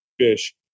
fish